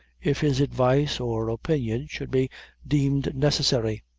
if his advice or opinion should be deemed necessary.